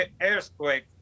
earthquake